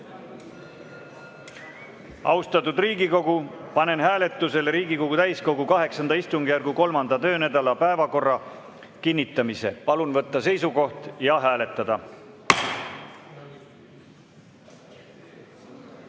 Austatud Riigikogu, panen hääletusele Riigikogu täiskogu VIII istungjärgu 3. töönädala päevakorra kinnitamise. Palun võtta seisukoht ja hääletada!